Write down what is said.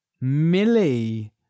Millie